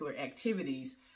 activities